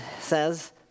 says